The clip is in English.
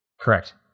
Correct